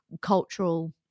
cultural